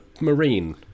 Marine